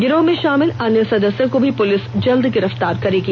गिरोह में शामिल अन्य सदस्यों को भी पुलिस जल्द गिरफ्तार करेगी